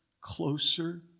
closer